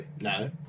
No